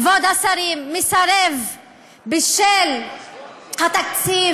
כבוד השרים, מסרב בשל התקציב,